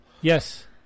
Yes